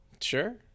Sure